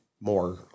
more